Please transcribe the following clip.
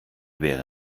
wäre